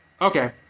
okay